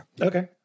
Okay